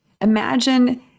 imagine